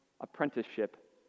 apprenticeship